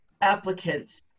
applicants